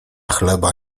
chleba